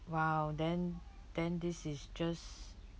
!wow! then then this is just